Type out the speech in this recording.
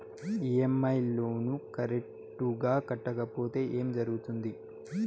EMI loan correct గా కట్టకపోతే ఏం జరుగుతుంది